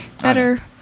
better